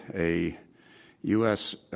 a u. s.